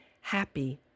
happy